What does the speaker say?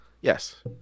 Yes